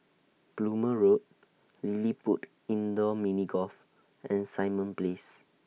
Plumer Road LilliPutt Indoor Mini Golf and Simon Place